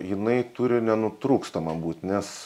jinai turi nenutrūkstama būt nes